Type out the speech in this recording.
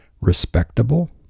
respectable